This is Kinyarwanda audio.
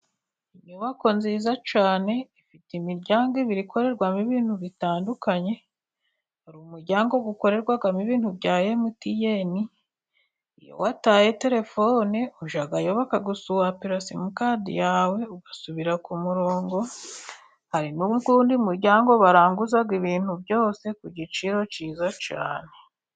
Inyubako nziza cyane, ifite imiryango ibiri ikorerwamo ibintu bitandukanye, umuryango ukorerwamo ibintu bya MTN, iyo wataye terefone ujyayo bakaguswapira simukadi yawe ugasubira ku murongo, hari undi muryango baranguzaga ibintu byose, ku giciro cyiza cyane.